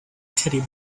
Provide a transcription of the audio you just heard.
teddy